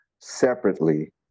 separately